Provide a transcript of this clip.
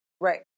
Right